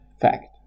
fact